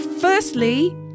Firstly